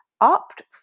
opt